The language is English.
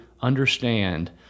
understand